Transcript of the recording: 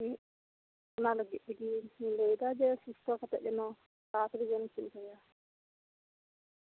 ᱚᱱᱟ ᱛᱮᱜᱤᱧ ᱞᱟᱹᱭᱮᱫᱟ ᱥᱩᱥᱛᱷᱚ ᱠᱟᱛᱮ ᱡᱮᱱᱚ ᱛᱟᱲᱟᱛᱟᱲᱤ ᱵᱮᱱ ᱠᱩᱞ ᱠᱟᱭᱟ